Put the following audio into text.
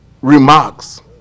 remarks